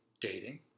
dating